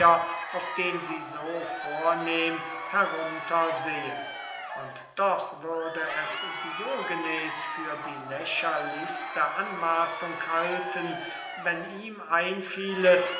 auf den sie so vornehm herunter sehen und doch würde es diogenes für die lächerlichste anmaßung halten wenn ihm einfiele